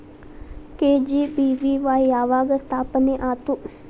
KGBVY ಯಾವಾಗ ಸ್ಥಾಪನೆ ಆತು?